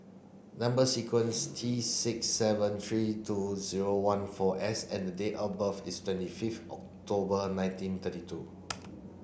number sequence T six seven three two zero one four S and date of birth is twenty October nineteen thirty two